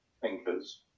thinkers